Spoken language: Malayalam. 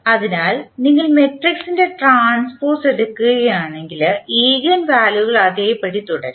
അതിനാൽ നിങ്ങൾ മാട്രിക്സിൻറെ ട്രാൻസ്പോസ് എടുക്കുകയാണെങ്കിൽ ഈഗൻ വാല്യുകൾ അതേപടി തുടരും